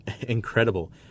incredible